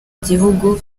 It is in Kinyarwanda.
gihugu